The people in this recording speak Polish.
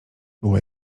była